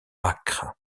âcre